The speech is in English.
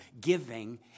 giving